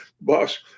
boss